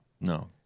No